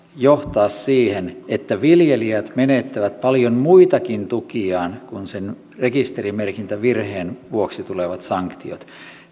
johtaa siihen että viljelijät menettävät paljon muitakin tukiaan kuin ne rekisterimerkintävirheen vuoksi tulevat sanktiot